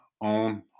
own